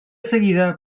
seguida